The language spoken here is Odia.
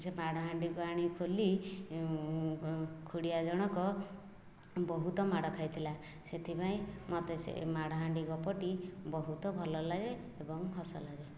ସେ ମାଡ଼ହାଣ୍ଡିକୁ ଆଣି ଖୁଲି ଖୁଡ଼ିଆ ଜଣଙ୍କ ବହୁତ ମାଡ଼ ଖାଇଥିଲା ସେଥିପାଇଁ ମୋତେ ସେ ମାଡ଼ହାଣ୍ଡି ଗପଟି ବହୁତ ଭଲ ଲାଗେ ଏବଂ ହସ ଲାଗେ